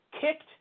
kicked